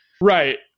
Right